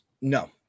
No